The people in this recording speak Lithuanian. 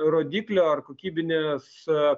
rodiklio ar kokybinės